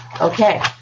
Okay